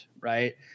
right